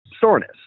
soreness